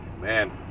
Man